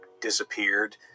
disappeared